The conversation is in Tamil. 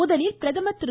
முதலில் பிரதமர் திரு